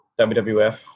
WWF